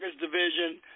division